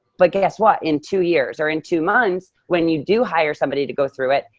but guess what? in two years, or in two months, when you do hire somebody to go through it,